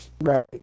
Right